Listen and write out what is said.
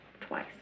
twice